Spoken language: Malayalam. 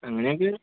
അങ്ങനെ എങ്കിൽ